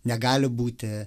negali būti